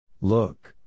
Look